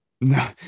no